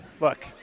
look